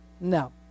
No